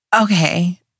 Okay